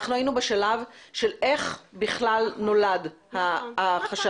אנחנו היינו בשלב של איך בכלל נולד החשד.